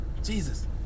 Jesus